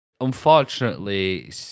unfortunately